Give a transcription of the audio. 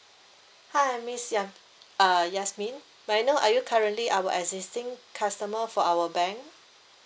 hi miss ya uh yasmin may I know are you currently our existing customer for our bank